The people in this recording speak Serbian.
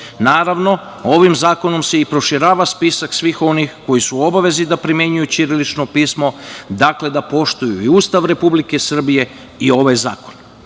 Naravno, ovim zakonom se i proširuje spisak svih onih koji su u obavezi da primenjuju ćirilično pismo, dakle, da poštuju i Ustav Republike Srbije i ovaj zakon. Kao